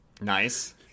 Nice